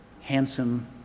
handsome